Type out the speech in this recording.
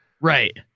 right